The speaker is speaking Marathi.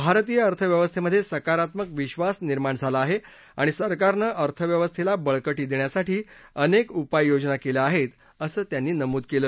भारतीय अर्थव्यवस्थेमध्ये सकारात्मक विब्धास निर्माण झाला आहे आणि सरकारनं अर्थव्यवस्थेला बळकटी देण्यासाठी अनेक उपाययोजना केल्या आहेत असं त्यांनी नमूद केलं